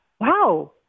Wow